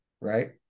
Right